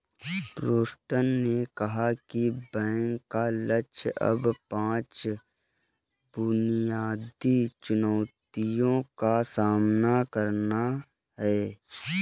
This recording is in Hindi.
प्रेस्टन ने कहा कि बैंक का लक्ष्य अब पांच बुनियादी चुनौतियों का सामना करना है